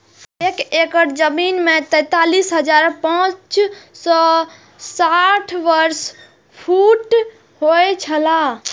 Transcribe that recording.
एक एकड़ जमीन तैंतालीस हजार पांच सौ साठ वर्ग फुट होय छला